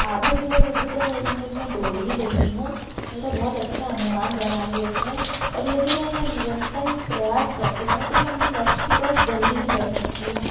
आधा किलोमीटर तो मैं एक मिनट में दौड़ ही लेती हूँ मेरा बहुत अच्छा अनुमान रहा है उसमें और यदि मैं निरंतन प्रयास करती रहूँ तो मैं अपने लक्ष्य की तरफ जल्दी ही बढ़ सकती हूँ